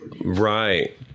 Right